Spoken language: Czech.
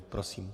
Prosím.